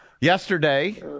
Yesterday